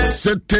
Sitting